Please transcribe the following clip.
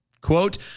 Quote